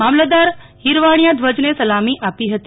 મામલતુદાર ફીરવાણિયા ુધ્વજને સલામી આપી હતી